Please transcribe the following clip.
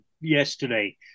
yesterday